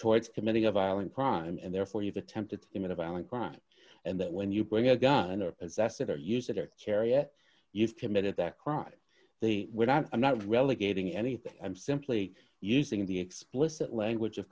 towards committing a violent crime and therefore you've attempted in a violent crime and that when you bring a gun or possess it or use it or kariya you've committed that crime we're not i'm not relegating anything i'm simply using the explicit language of